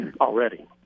already